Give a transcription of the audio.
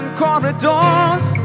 corridors